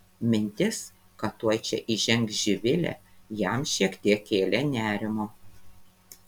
mintis kad tuoj čia įžengs živilė jam šiek tiek kėlė nerimo